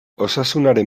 osasunaren